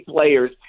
players